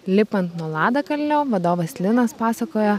lipant nuo ladakalnio vadovas linas pasakojo